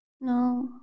No